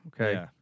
okay